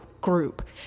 group